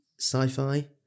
Sci-fi